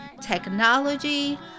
technology